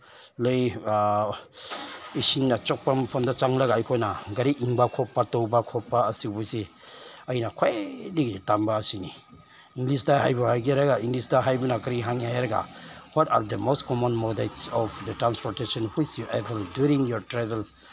ꯂꯩ ꯏꯁꯤꯡꯅ ꯆꯣꯠꯄ ꯃꯐꯝꯗ ꯆꯪꯂꯒ ꯑꯩꯈꯣꯏꯅ ꯒꯥꯔꯤ ꯏꯟꯕ ꯈꯣꯠꯄ ꯇꯧꯕ ꯈꯣꯠꯄ ꯑꯁꯤꯒꯨꯝꯕꯁꯤ ꯑꯩꯅ ꯈ꯭ꯋꯥꯏꯗꯒꯤ ꯇꯟꯕ ꯑꯁꯤꯅꯤ ꯏꯪꯂꯤꯁꯇ ꯍꯥꯏꯕꯨ ꯍꯥꯏꯒꯦꯔꯒꯥ ꯏꯪꯂꯤꯁꯇ ꯍꯥꯏꯕꯅ ꯀꯔꯤ ꯍꯥꯏꯅꯤ ꯍꯥꯏꯔꯒ what are the most common modes of the transportation which you able during your travel